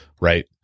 right